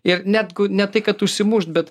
ir net gu ne tai kad užsimušt bet